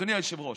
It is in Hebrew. אדוני היושב-ראש,